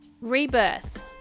Rebirth